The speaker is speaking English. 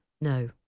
no